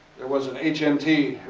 there was an h n t.